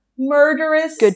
murderous